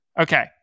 Okay